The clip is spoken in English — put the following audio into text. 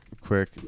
quick